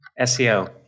SEO